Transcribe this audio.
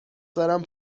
سرم